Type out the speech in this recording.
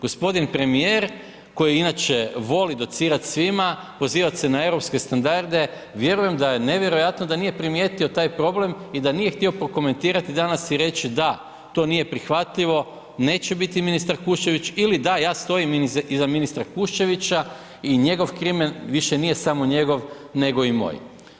G. premijer koji inače vodi docirati svima, pozivati se na europske standarde, vjerujem da je nevjerojatno da nije primijetio taj problem i da nije htio prokomentirati danas i reći, da, to nije prihvatljivo, neće biti ministar Kuščević, ili da, ja stojim iza ministra Kuščevića i njegov krimen više nije samo njegov nego i moj.